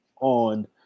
on